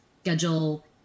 schedule